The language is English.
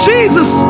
Jesus